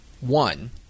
One